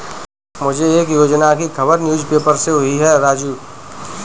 मुझे एक योजना की खबर न्यूज़ पेपर से हुई है राजू